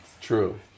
true